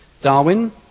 Darwin